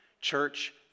Church